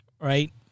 right